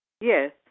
Yes